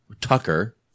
Tucker